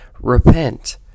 Repent